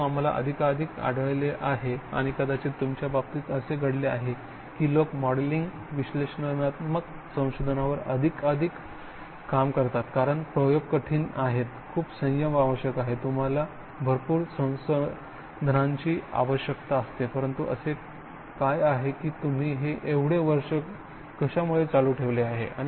परंतु आम्हाला अधिकाधिक आढळले आहे आणि कदाचित तुमच्या बाबतीत असे घडले आहे की लोक मॉडेलिंग विश्लेषणात्मक संशोधनावर अधिक काम करतात कारण प्रयोग कठीण आहेत खूप संयम आवश्यक आहे तुम्हाला भरपूर संसाधनांची आवश्यकता असते परंतु असे काय आहे कि तुम्ही हे एवढे वर्ष कशामुळे चालू ठेवले आहे